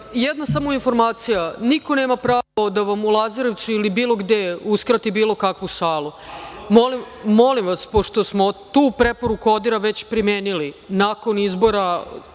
vam. Jedna samo informacija. Niko nema pravo da vam u Lazarevcu ili bilo gde uskrati bilo kakvu salu. Molim vas, pošto smo tu preporuku ODIHR-a primenili nakon izbora